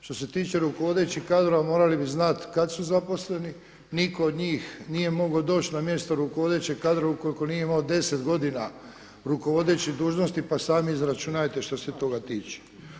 Što se tiče rukovodećih kadrova morali bi znati kada su zaposleni, nitko od njih nije mogao doći na mjesto rukovodećeg kadra ukoliko nije imao deset godina rukovodećih dužnosti pa sami izračunajte što se toga tiče.